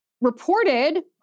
reported